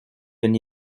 d’un